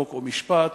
חוק ומשפט